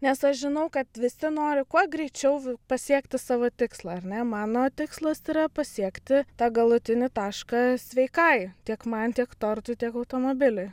nes aš žinau kad visi nori kuo greičiau pasiekti savo tikslą ar ne mano tikslas yra pasiekti tą galutinį tašką sveikai tiek man tiek tortui tiek automobiliui